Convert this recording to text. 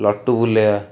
ନଟୁ ବୁଲାଇବା